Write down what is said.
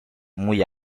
muy